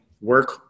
work